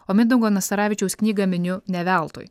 o mindaugo nastaravičiaus knygą miniu ne veltui